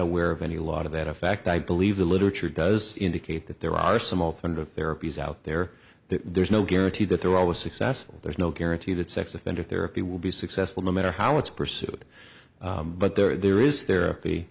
aware of any lot of that effect i believe the literature does indicate that there are some alternative therapies out there there's no guarantee that they're always successful there's no guarantee that sex offender therapy will be successful no matter how it's pursued but there is there